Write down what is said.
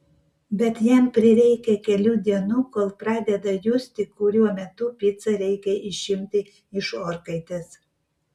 bet jam prireikia kelių dienų kol pradeda justi kuriuo metu picą reikia išimti iš orkaitės